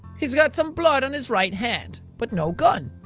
he's got some blood on his right hand, but no gun.